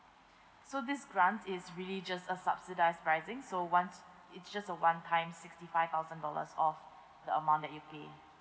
so this grant is really just a subsidised pricing so once it's just a one time sixty five thousand dollars off the amount that you pay